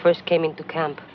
first came into camp